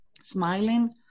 smiling